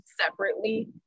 separately